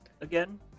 Again